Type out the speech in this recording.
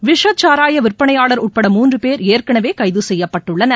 விஷச் சாரய விற்பனையாளர் உட்பட மூன்று பேர் ஏற்கனவே கைது செய்யப்பட்டுள்ளனர்